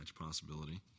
possibility